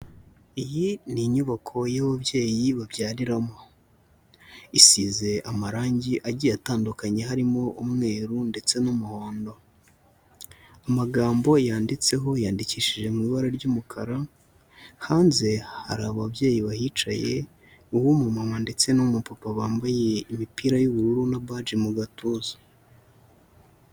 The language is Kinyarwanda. Iyi ni inyubako y'ababyeyi babyariramo, isize amarangi agiye atandukanye harimo umweru ndetse n'umuhondo, amagambo yanditseho yandikishije mu ibara ry'umukara, hanze hari ababyeyi bahicaye, uw'umumama ndetse n'umupapa wambaye imipira y'ubururu na baji mu gatuza.